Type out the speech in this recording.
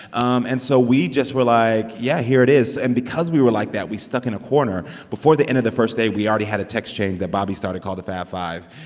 um and so we just were like, yeah, here it is. and because we were like that, we stuck in a corner. before the end of the first day, we already had a text chain that bobby started called the fab five.